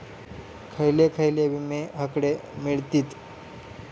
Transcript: खयले खयले विमे हकडे मिळतीत?